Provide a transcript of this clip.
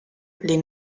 les